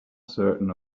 certain